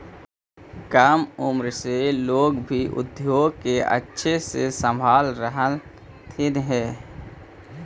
कम उम्र से लोग भी उद्योग को अच्छे से संभाल रहलथिन हे